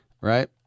Right